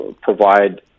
provide